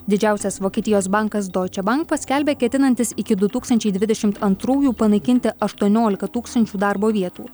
didžiausias vokietijos bankas doičė bank paskelbė ketinantis iki du tūkstančiai dvdešimt antrųjų panaikinti aštuoniolika tūkstančių darbo vietų